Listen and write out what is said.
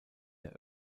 der